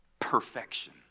perfection